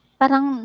parang